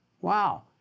Wow